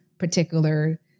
particular